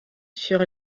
sur